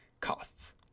costs